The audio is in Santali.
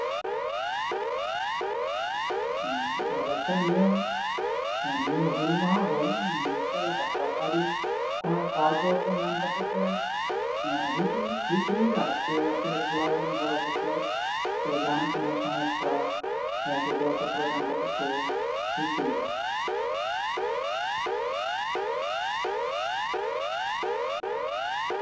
ᱦᱩᱸ ᱟᱪᱪᱷᱟ ᱱᱤᱭᱟᱹ ᱦᱮᱸ ᱱᱤᱭᱟᱹ ᱦᱩᱞ ᱢᱟᱦᱟ ᱫᱚ ᱪᱮᱫᱞᱮᱠᱟ ᱥᱚᱨᱠᱟᱨᱤ ᱠᱷᱚᱱᱟᱜ ᱥᱟᱦᱟᱡᱡᱚ ᱧᱟᱢ ᱠᱟᱛᱮ ᱯᱮ ᱦᱮᱸ ᱦᱩᱭ ᱚᱪᱚᱭᱮᱫᱟ ᱥᱮ ᱟᱯᱮ ᱴᱚᱞᱟ ᱨᱮᱱᱟᱜ ᱜᱚᱲᱚ ᱥᱚᱯᱚᱦᱚᱫ ᱥᱮ ᱡᱟᱦᱟᱸᱱᱟᱜ ᱠᱳᱱᱳ ᱥᱚᱝᱥᱛᱷᱟ ᱡᱟᱦᱟᱸᱭ ᱠᱚ ᱜᱚᱲᱚ ᱥᱚᱯᱚᱦᱚᱫ ᱠᱚ ᱮᱢᱠᱟᱛᱮᱫ ᱠᱚ ᱦᱩᱭ ᱚᱪᱩᱭᱮᱫᱟ